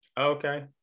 Okay